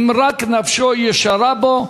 אם רק נפשו ישרה בו,